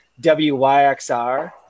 WYXR